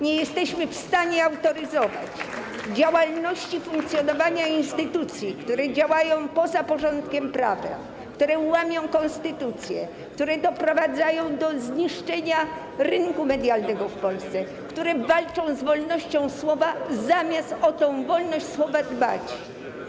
Nie jesteśmy w stanie autoryzować funkcjonowania instytucji, które działają poza porządkiem prawa, które łamią konstytucję, które doprowadzają do zniszczenia rynku medialnego w Polsce, które walczą z wolnością słowa, zamiast o tę wolność słowa dbać.